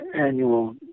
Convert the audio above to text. annual